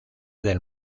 del